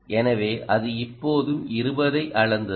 எனவே அது இப்போதும் 20 ஐ அளந்தது